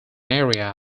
area